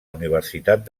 universitat